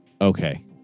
Okay